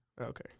Okay